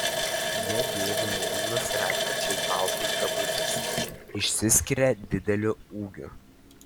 jie dėvi mėlynus retkarčiais baltus drabužius išsiskiria dideliu ūgiu